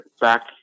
back